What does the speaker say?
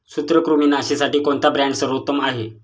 सूत्रकृमिनाशीसाठी कोणता ब्रँड सर्वोत्तम आहे?